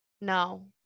No